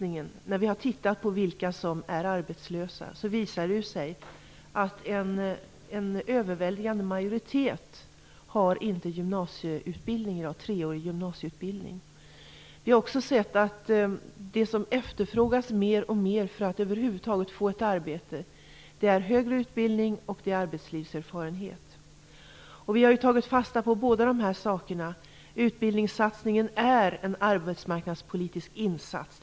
När vi har tittat på vilka som är arbetslösa har det visat sig att en överväldigande majoritet inte har treårig gymnasieutbildning. Vi har också sett att det som efterfrågas mer och mer för att man över huvud taget skall få ett arbete är högre utbildning och arbetslivserfarenhet. Vi har tagit fasta på båda dessa saker. Utbildningssatsningen är en arbetsmarknadspolitisk insats.